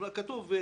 אמנם כתוב: